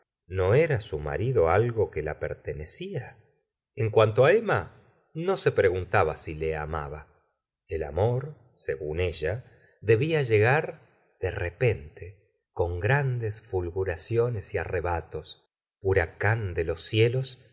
no era su marido algo que la pertenecía en cuanto emma no se preguntaba si le amaba el amor según ella debía llegar de iepente con grandes fulguraciones y arrebatos huracán de los cielos